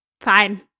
Fine